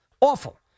awful